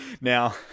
now